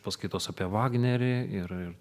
paskaitos apie vagnerį ir ir